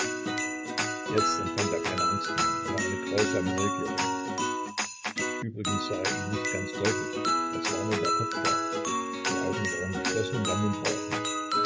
jetzt empfand er keine angst mehr nur eine grausame neugierde übrigens sah er ihn nicht ganz deutlich es war nur der kopf da die augen waren geschlossen und der